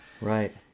Right